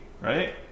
Right